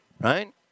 right